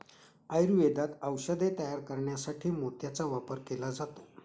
आयुर्वेदात औषधे तयार करण्यासाठी मोत्याचा वापर केला जातो